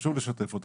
חשוב לשתף אותם.